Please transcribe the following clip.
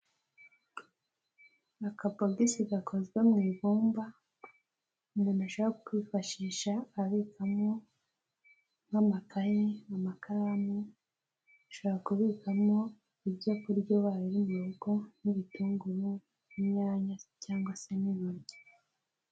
Akabosi gakozwe mu ibumba umuntushaka kwifashisha abikamo nk'amakaye, amakaramu, ushobora kubikamo ibyo kurya bari mu rugo nk'ibitunguru, inyanya cyangwa se n'inoryi.